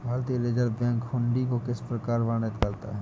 भारतीय Reserve Bank हुंडी को किस प्रकार वर्णित करता है?